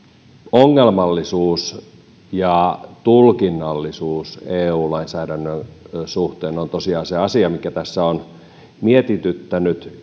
ongelmallisuus ja tulkinnallisuus eu lainsäädännön suhteen on tosiaan se asia mikä tässä on mietityttänyt